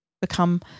become